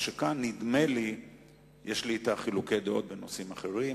יש לי אתה חילוקי דעות בנושאים אחרים,